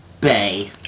bay